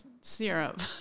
syrup